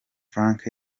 frank